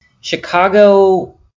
Chicago